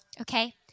Okay